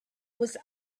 was